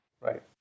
Right